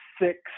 six